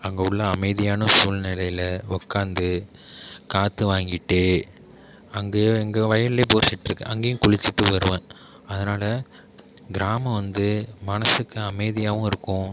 அங்கே உள்ள அமைதியான சூழ்நிலையில உக்காந்து காற்று வாங்கிகிட்டு அங்கேயோ எங்கேயோ வயல்ல போர்செட் இருக்கு அங்கேயும் குளிச்சிவிட்டு வருவேன் அதனால் கிராமோ வந்து மனசுக்கு அமைதியாகவும் இருக்கும்